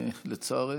לצערנו.